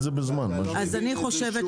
ואתה לא מבין,